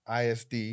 ISD